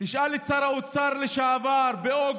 תשאל את שר האוצר לשעבר מה הוא הצביע בחוק אשקלון